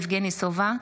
יבגני סובה,